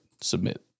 Submit